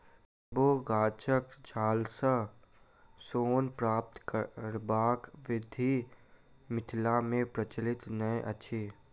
नेबो गाछक छालसँ सोन प्राप्त करबाक विधि मिथिला मे प्रचलित नै अछि